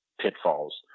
pitfalls